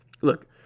look